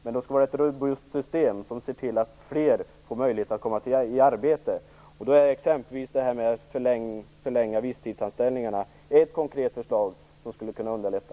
Men det skall vara ett robust system som ser till att fler får möjlighet att komma i arbete. Då är t.ex. detta med att förlänga visstidsanställningarna en konkret förslag som skulle kunna underlätta.